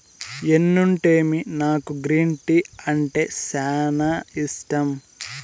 ఎన్నుంటేమి నాకు green tea అంటే సానా ఇష్టం